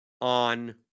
on